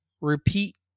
repeat